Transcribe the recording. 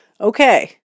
Okay